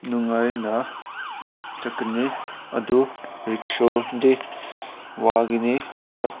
ꯅꯨꯡꯉꯥꯏꯅ ꯆꯠꯀꯅꯤ ꯑꯗꯨ ꯔꯤꯛꯁꯣꯗꯤ ꯋꯥꯒꯅꯤꯗ